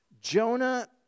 Jonah